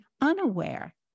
unaware